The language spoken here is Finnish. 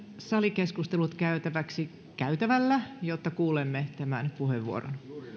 salikeskustelut käytäväksi käytävällä jotta kuulemme tämän puheenvuoron